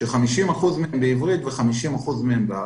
ש-50% מהם בעברית ו-50% מהם בערבית.